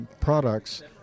products